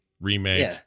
remake